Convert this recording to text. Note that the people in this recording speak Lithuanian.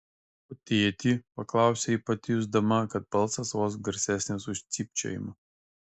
o tėtį paklausė ji pati jusdama kad balsas vos garsesnis už cypčiojimą